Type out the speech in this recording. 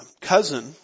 cousin